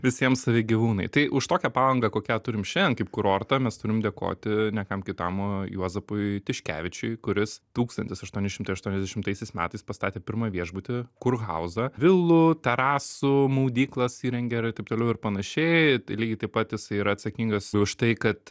visiems savi gyvūnai tai už tokią palangą kokią turim šiandien kaip kurortą mes turim dėkoti ne kam kitam o juozapui tiškevičiui kuris tūkstantis aštuoni šimtai aštuoniasdešimtaisiais metais pastatė pirmą viešbutį kurhauzą vilų terasų maudyklas įrengė ir taip toliau ir panašiai tai lygiai taip pat jisai yra atsakingas už tai kad